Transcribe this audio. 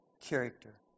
character